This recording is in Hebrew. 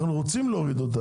אנחנו רוצים להוריד אותה.